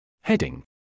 Heading